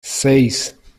seis